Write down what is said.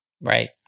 Right